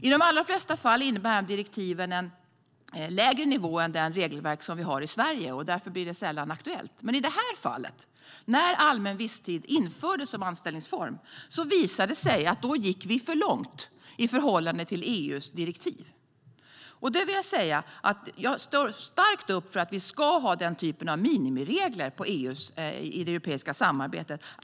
I de allra flesta fall innebär de här direktiven en lägre nivå än det regelverk som vi har i Sverige. Därför blir detta sällan aktuellt. Men i det här fallet, när allmän visstid infördes som anställningsform, visade det sig att vi gick för långt i förhållande till EU:s direktiv. Jag står starkt upp för att vi ska ha den här typen av minimiregler i det europeiska samarbetet.